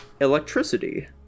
electricity